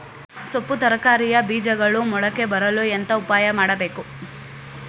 ಸೊಪ್ಪು ತರಕಾರಿಯ ಬೀಜಗಳು ಮೊಳಕೆ ಬರಲು ಎಂತ ಉಪಾಯ ಮಾಡಬೇಕು?